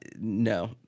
No